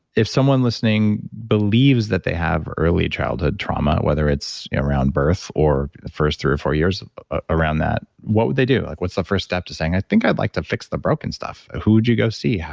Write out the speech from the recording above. if someone listening believes that they have early childhood trauma, whether it's around birth or the first three or four years around that, what would they do? like what's the first step to saying, i think i'd like to fix the broken stuff. who would you go see?